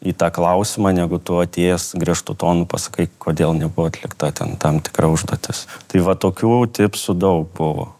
į tą klausimą negu tu atėjęs griežtu tonu pasakai kodėl nebuvo atlikta ten tam tikra užduotis tai va tokių tipsų daug buvo